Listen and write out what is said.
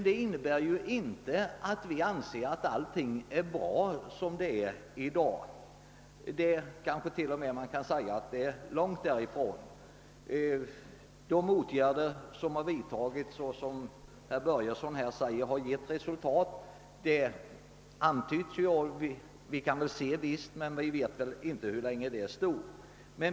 Det innebär emellertid inte att vi anser att allt är bra som det är — man: kanske t.o.m. kan säga att det är långtifrån bra. De åtgärder som har vidtagits har visserligen givit resultat, men vi vet inte hur länge de varar.